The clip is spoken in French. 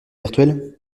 virtuelles